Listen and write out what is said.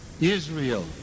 Israel